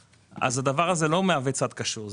הדבר הזה לא מהווה צד קשור.